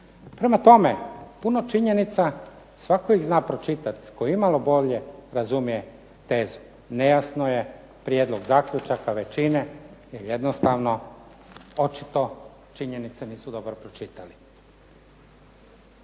Prema tome, puno činjenica. Svatko ih zna pročitati tko imalo bolje razumije tezu. Nejasno je prijedlog zaključaka većine, jer jednostavno očito činjenice nisu dobro pročitali.